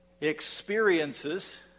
experiences